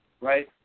right